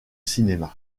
cinéma